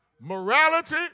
Morality